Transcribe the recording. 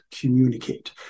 communicate